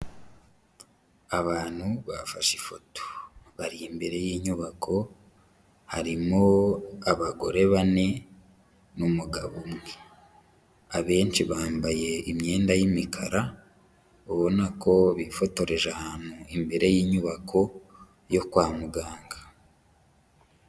Abantu bafashe ifoto, bari imbere y'inyubako, harimo abagore bane n'umugabo umwe. Abenshi bambaye imyenda y'imikara, ubona ko bifotoreje ahantu imbere y'inyubako yo kwa muganga.